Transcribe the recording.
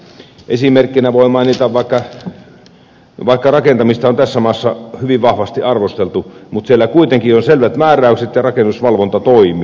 esimerkkinä voin mainita että vaikka rakentamista on tässä maassa hyvin vahvasti arvosteltu siellä kuitenkin on selvät määräykset ja rakennusvalvonta toimii